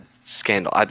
scandal